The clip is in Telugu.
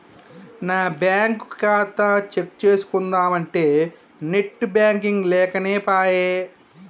నా బ్యేంకు ఖాతా చెక్ చేస్కుందామంటే నెట్ బాంకింగ్ లేకనేపాయె